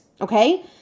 okay